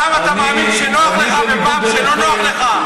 פעם אתה מאמין, כשנוח לך, ופעם, כשלא נוח לך.